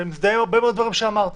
ואני מזדהה עם הרבה מהדברים שאמרת,